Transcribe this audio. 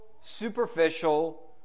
superficial